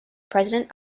president